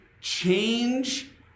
change